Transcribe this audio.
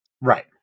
right